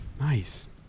Nice